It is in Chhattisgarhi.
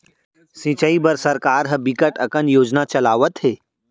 सिंचई बर सरकार ह बिकट अकन योजना चलावत हे